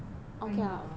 damn annoying